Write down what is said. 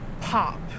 pop